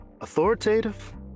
authoritative